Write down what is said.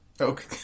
Okay